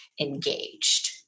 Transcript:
engaged